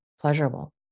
pleasurable